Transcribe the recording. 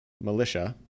militia